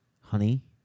Honey